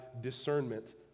discernment